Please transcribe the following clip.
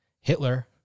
Hitler